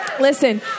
listen